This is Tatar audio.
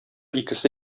икесе